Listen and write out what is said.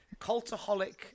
cultaholic